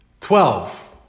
Twelve